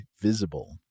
Visible